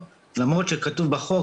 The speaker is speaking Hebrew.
אז תקראו בבקשה לתמיכה טכנית.